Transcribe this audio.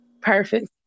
Perfect